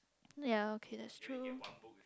ya okay that's true